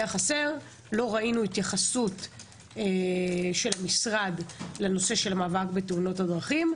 לא ראינו התייחסות של המשרד לנושא המאבק בתאונות הדרכים.